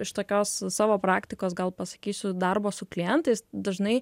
iš tokios savo praktikos gal pasakysiu darbo su klientais dažnai